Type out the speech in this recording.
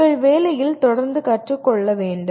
நீங்கள் வேலையில் தொடர்ந்து கற்றுக்கொள்ள வேண்டும்